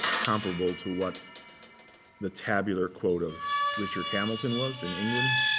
comparable to what the tabular quote of richard hamilton was in england,